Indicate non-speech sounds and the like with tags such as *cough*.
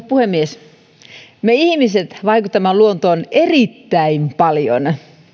*unintelligible* puhemies me ihmiset vaikutamme luontoon erittäin paljon